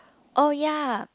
oh ya